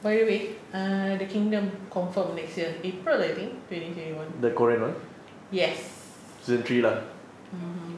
by the way err the kingdom confirm next year april I think twenty twenty one yes mmhmm